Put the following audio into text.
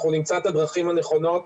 אנחנו נמצא את הדרכים הנכונות